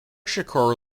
shakur